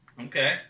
Okay